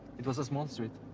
it was a small street.